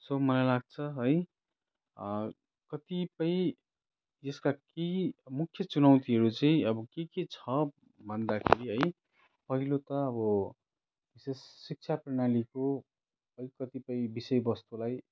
so मलाई लाग्छ है कतिपय यसका केही मुख्य चुनौतिहरू चाहिँ अब के के छ भन्दाखेरि है पहिलो त अब विशेष शिक्षा प्रणालीको है कतिपय विषय वस्तुलाई